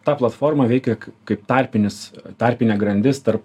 ta platforma veikia kaip tarpinis tarpinė grandis tar